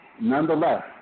Nonetheless